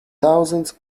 thousands